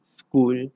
school